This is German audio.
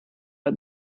hat